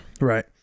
Right